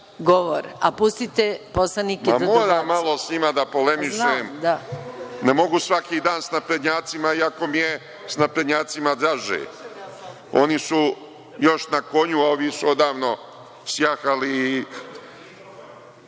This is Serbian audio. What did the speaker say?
govor, pustite poslanike da dobacuju. **Vojislav Šešelj** Moram malo sa njima da polemišem. Ne mogu svaki dan sa naprednjacima, iako mi je sa naprednjacima draže. Oni su još na konju, a ovi su odavno sjahali. Nisam